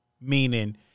Meaning